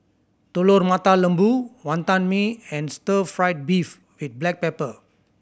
Telur Mata Lembu Wantan Mee and stir fried beef with black pepper